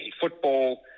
football